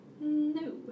No